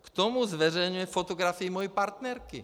K tomu zveřejňuje fotografii mé partnerky.